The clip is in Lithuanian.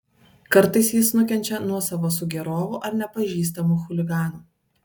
kartais jis nukenčia nuo savo sugėrovų ar nepažįstamų chuliganų